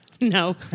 No